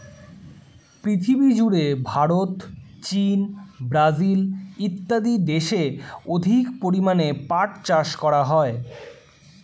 পৃথিবীজুড়ে ভারত, চীন, ব্রাজিল ইত্যাদি দেশে অধিক পরিমাণে পাট চাষ করা হয়